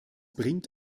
bringt